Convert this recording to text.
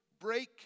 break